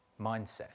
mindset